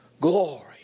Glory